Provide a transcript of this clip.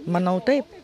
manau taip